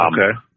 Okay